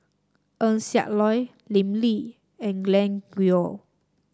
Eng Siak Loy Lim Lee and Glen Goei